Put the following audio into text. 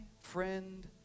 friend